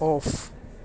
off